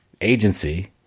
agency